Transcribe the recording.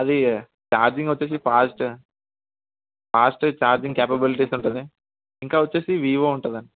అది ఛార్జింగ్ వచ్చేసి fast fast charging capabilities ఉంటుంది ఇంకా వచ్చేసి వివో ఉంటుంది అండి